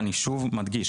אני שוב מדגיש,